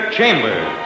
Chambers